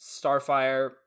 Starfire